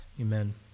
Amen